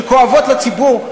שכואבות לציבור?